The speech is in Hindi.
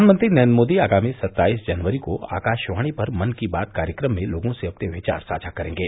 प्रधानमंत्री नरेन्द्र मोदी आगामी सत्ताईस जनवरी को आकाशवाणी पर मन की बात कार्यक्रम में लोगों से अपने विचार साझा करेंगे